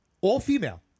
All-female